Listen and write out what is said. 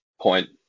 point